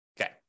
Okay